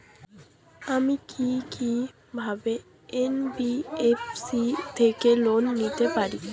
আমি কি কিভাবে এন.বি.এফ.সি থেকে লোন পেতে পারি?